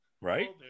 right